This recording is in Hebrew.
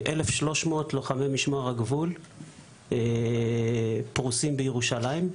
1300 לוחמי משמר הגבול פרוסים בירושלים,